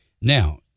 Now